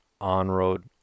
On-Road